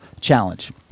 challenge